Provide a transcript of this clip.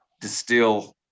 distill